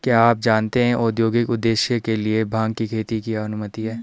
क्या आप जानते है औद्योगिक उद्देश्य के लिए भांग की खेती की अनुमति है?